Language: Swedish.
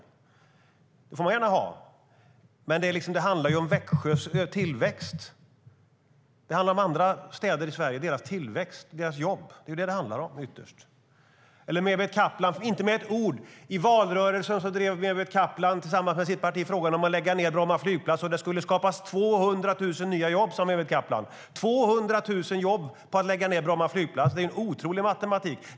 Det får hon gärna göra. Men det handlar ju om Växjös tillväxt och om andra städer i Sverige och deras tillväxt och jobb. Det är detta som det ytterst handlar om. Mehmet Kaplan sade inte ett ord om detta. I valrörelsen drev han tillsammans med sitt parti frågan om att lägga ned Bromma flygplats. Det skulle skapas 200 000 nya jobb, sade Mehmet Kaplan, om Bromma flygplats läggs ned. Det är en otrolig matematik.